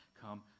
come